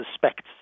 suspects